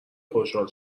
خوشحال